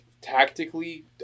tactically